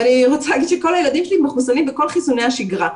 ואני רוצה להגיד שכל הילדים שלי מחוסנים בכל חיסוני השגרה,